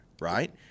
Right